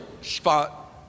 spot